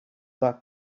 that